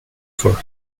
for